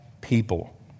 people